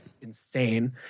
insane